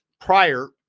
prior